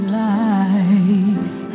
life